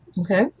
okay